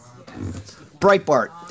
Breitbart